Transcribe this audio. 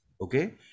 Okay